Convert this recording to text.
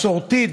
מסורתית,